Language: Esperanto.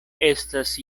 estas